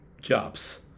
jobs